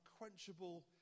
unquenchable